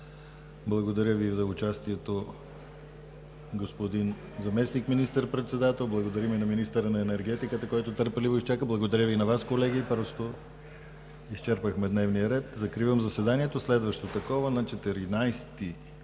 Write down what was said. Благодаря Ви за участието, господин Заместник министър-председател. Благодаря на министъра на енергетиката, който търпеливо изчака. Благодаря Ви и на Вас, колеги. Изчерпахме дневния ред, закривам заседанието. Следващото такова е на 14